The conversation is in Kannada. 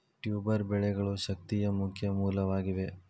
ಟ್ಯೂಬರ್ ಬೆಳೆಗಳು ಶಕ್ತಿಯ ಮುಖ್ಯ ಮೂಲವಾಗಿದೆ